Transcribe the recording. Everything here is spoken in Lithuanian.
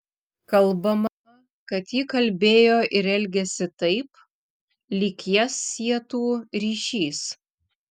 kalbama kad ji kalbėjo ir elgėsi taip lyg jas sietų ryšys